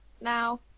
now